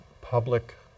public